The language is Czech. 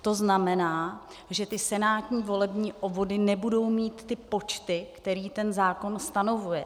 To znamená, že ty senátní volební obvody nebudou mít ty počty, které zákon stanovuje.